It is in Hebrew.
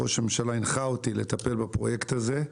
ראש הממשלה הנחה אותי לטפל בפרויקט הזה.